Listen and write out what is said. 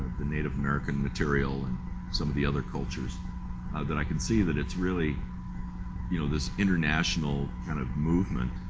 the native american material and some of the other cultures that i can see that it's really, you know, this international kind of movement